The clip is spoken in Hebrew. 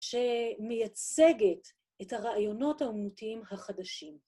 שמייצגת את הרעיונות האמנותיים החדשים.